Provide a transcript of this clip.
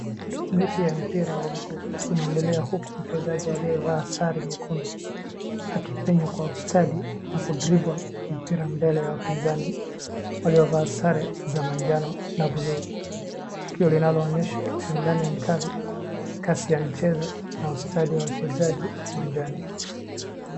Mechi ya mpira wa mguu, unaendelea huku mchezaji aliyevaa sare nyekundu, akipinya kwa ustadi na ku dribble mpira mbele ya wapinzani waliovaa sare za manjano na bluu. Tukio linalo onyesha ushindani mkali kasi ya mchezo na ustadi wa uchezaji uwanjani,